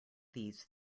these